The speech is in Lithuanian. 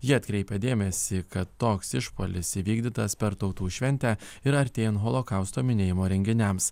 ji atkreipė dėmesį kad toks išpuolis įvykdytas per tautų šventę ir artėjant holokausto minėjimo renginiams